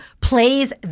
plays